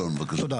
אלון, בבקשה.